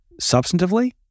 substantively